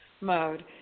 mode